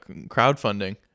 crowdfunding